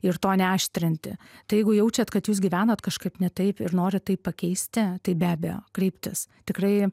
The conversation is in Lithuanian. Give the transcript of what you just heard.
ir to neaštrinti tai jeigu jaučiat kad jūs gyvenat kažkaip ne taip ir norit tai pakeisti tai be abejo kreiptis tikrai